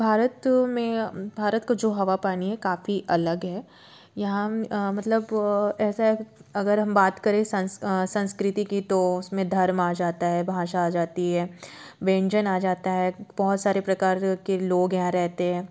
भारत में भारत का जो हवा पानी है काफ़ी अलग है यहाँ मतलब ऐसा है अगर हम बात करें संस्कृति की तो उसमें धर्म आ जाता है भाषा आ जाती है व्यंजन आ जाता है बहुत सारे प्रकार के लोग यहाँ रहते है